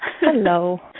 Hello